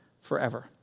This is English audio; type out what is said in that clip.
forever